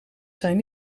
zijn